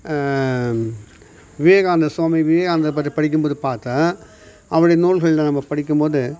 விவேகானந்தர் சுவாமி விவேகானந்தர் பற்றி படிக்கும் போது பார்த்தேன் அவருடைய நூல்களில் நம்ம படிக்கும்போது